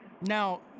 Now